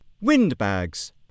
Windbags